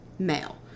male